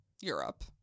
europe